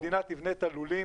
שהמדינה תבנה את הלולים,